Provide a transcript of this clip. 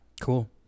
Cool